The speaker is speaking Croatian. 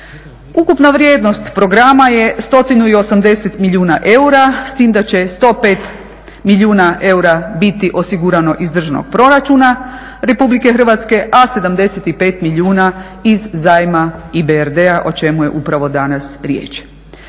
Ukupna vrijednost programa je 180 milijuna eura s time da će 105 milijuna eura biti osigurano iz državnog proračuna Republike Hrvatske a 75 milijuna iz zajma EBRD-a o čemu je upravo danas riječ.